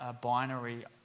binary